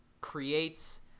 creates